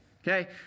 Okay